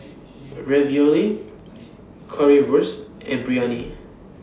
Ravioli Currywurst and Biryani